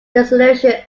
dissolution